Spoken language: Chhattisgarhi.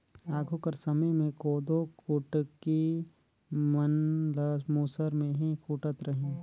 आघु कर समे मे कोदो कुटकी मन ल मूसर मे ही कूटत रहिन